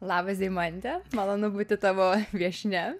labas deimante malonu būti tavo viešnia